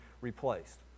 replaced